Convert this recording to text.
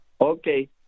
Okay